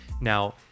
now